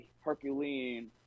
Herculean